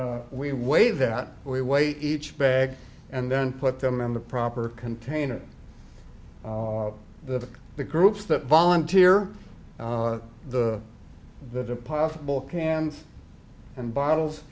and we wave that we wait each bag and then put them in the proper container the the groups that volunteer the the possible cans and bottles